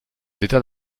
d’états